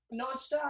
nonstop